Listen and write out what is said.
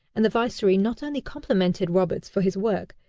and the viceroy not only complimented roberts for his work,